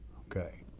okay?